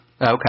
Okay